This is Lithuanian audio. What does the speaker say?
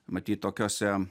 matyt tokiose